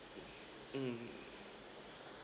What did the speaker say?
mm